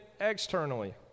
externally